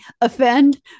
offend